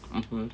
mmhmm